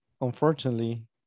unfortunately